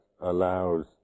allows